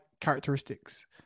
characteristics